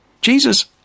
Jesus